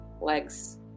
legs